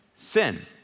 Sin